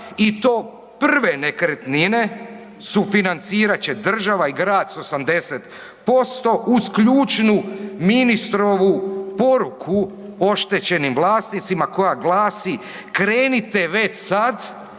i to prve nekretnine sufinancirat će država i grad s 80% uz ključnu ministrovu poruku oštećenim vlasnicima koja glasi, krenite već sad